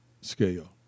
scale